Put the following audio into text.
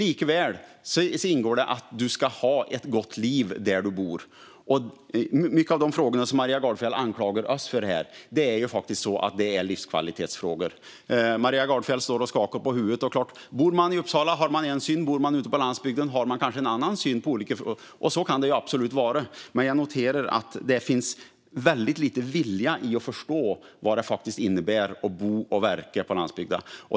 Likaväl ingår det att du ska ha ett gott liv där du bor, och många av de frågor som Maria Gardfjell anklagar oss för här är livskvalitetsfrågor. Maria Gardfjell står och skakar på huvudet. Och det är klart - bor man i Uppsala har man en syn, och bor man ute på landsbygden har man kanske en annan syn på olika frågor. Så kan det absolut vara, men jag noterar att det finns väldigt lite vilja att förstå vad det faktiskt innebär att bo och verka på landsbygden.